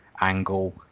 Angle